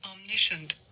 Omniscient